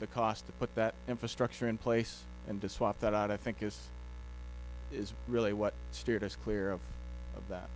the cost to put that infrastructure in place and to swap that out i think is is really what steers clear of that